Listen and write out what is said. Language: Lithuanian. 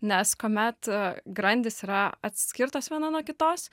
nes kuomet grandys yra atskirtos viena nuo kitos